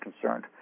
concerned